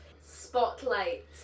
Spotlight